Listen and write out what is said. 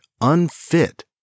unfit